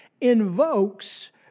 invokes